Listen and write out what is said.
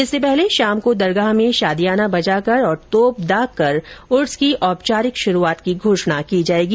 इससे पहले शाम को दरगाह में शादियाना बजाकर और तोप दागकर उर्स की औपचारिक शुरूआत की घोषणा की जायेगी